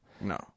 No